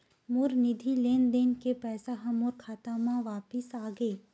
मोर निधि लेन देन के पैसा हा मोर खाता मा वापिस आ गे